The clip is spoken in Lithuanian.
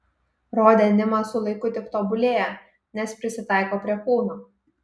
ro denimas su laiku tik tobulėja nes prisitaiko prie kūno